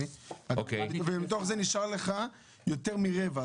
ומתוך זה נשאר לך יותר מרבע.